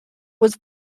was